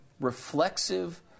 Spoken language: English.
reflexive